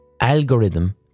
algorithm